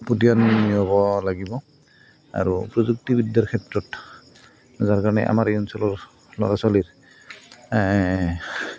পতিয়ন নিয়াব লাগিব আৰু প্ৰযুক্তিবিদ্যাৰ ক্ষেত্ৰত যাৰ কাৰণে আমাৰ এই অঞ্চলৰ ল'ৰা ছোৱালীৰ এ